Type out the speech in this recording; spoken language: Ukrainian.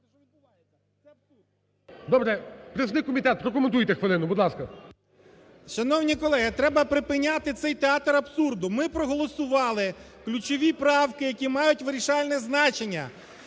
Добре, представник комітету, прокоментуйте хвилину, будь ласка. 17:32:15 СТАШУК В.Ф. Шановні колеги, треба припиняти цей театр абсурду, ми проголосували ключові правки, які мають вирішальне значення,